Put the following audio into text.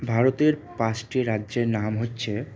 ভারতের পাঁচটি রাজ্যের নাম হচ্ছে